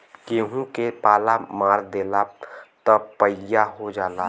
गेंहू के पाला मार देला त पइया हो जाला